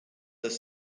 their